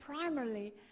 primarily